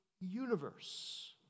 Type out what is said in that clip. universe